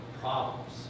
problems